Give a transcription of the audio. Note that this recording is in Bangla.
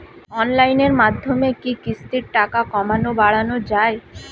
অনলাইনের মাধ্যমে কি কিস্তির টাকা কমানো বাড়ানো যায়?